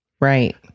Right